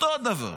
אותו דבר.